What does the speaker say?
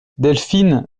delphine